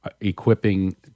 equipping